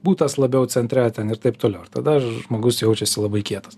butas labiau centre ten ir taip toliau ir tada žmogus jaučiasi labai kietas